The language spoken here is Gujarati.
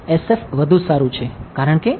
SF વધુ સારું છે કારણ કે